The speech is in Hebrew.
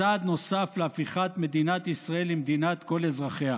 צעד נוסף להפיכת מדינת ישראל למדינת כל אזרחיה.